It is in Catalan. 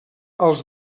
als